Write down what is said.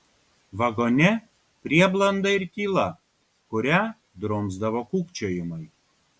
vagone prieblanda ir tyla kurią drumsdavo kūkčiojimai